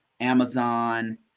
Amazon